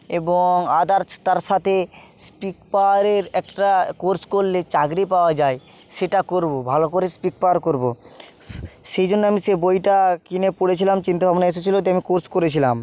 এবং আথার্স তার সাথে স্পিক পাওয়ারের একটা কোর্স করলে চাকরি পাওয়া যায় সেটা করবো ভালো করে স্পিক পাওয়ার করবো সেই জন্য আমি সেই বইটা কিনে পড়েছিলাম চিন্তা ভাবনা এসেছিলো তাই আমি কোর্স করেছিলাম